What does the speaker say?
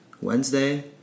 Wednesday